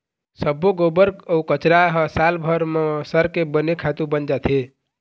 सब्बो गोबर अउ कचरा ह सालभर म सरके बने खातू बन जाथे